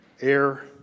air